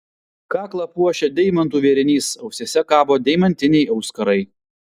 kaklą puošia deimantų vėrinys ausyse kabo deimantiniai auskarai